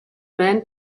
man